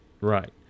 Right